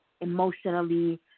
emotionally